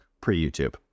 pre-YouTube